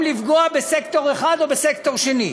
לפגוע בסקטור אחד או בסקטור אחר,